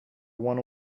one